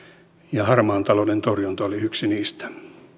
ja harmaan talouden torjunta oli yksi niistä